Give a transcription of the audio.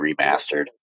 remastered